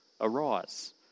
arise